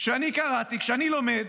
שאני קראתי, כשאני לומד